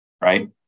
Right